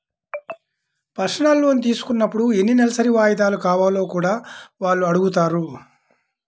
personal loan తీసుకున్నప్పుడు ఎన్ని నెలసరి వాయిదాలు కావాలో కూడా వాళ్ళు అడుగుతారు